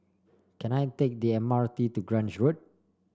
can I take the M R T to Grange Road